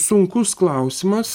sunkus klausimas